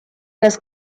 las